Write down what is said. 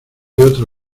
otra